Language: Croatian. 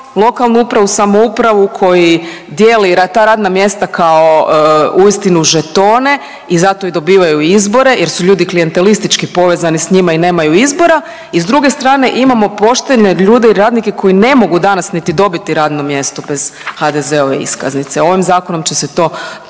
lokalnu upravu, samoupravu, koji dijeli ta radna mjesta kao uistinu žetone i zato i dobivaju izbore jer su ljudi klijentelistički povezani sa njima i nemaju izbora. I s druge strane imamo poštene ljude i radnike koji ne mogu danas niti dobiti radno mjesto bez HDZ-ove iskaznice. Ovim zakonom će se to